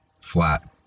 Flat